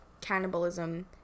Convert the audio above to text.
cannibalism